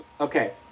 Okay